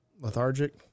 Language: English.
Lethargic